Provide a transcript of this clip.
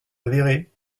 avéré